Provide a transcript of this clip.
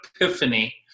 epiphany